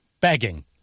Begging